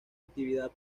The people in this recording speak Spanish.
actividad